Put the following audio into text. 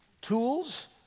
tools